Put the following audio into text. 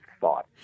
thought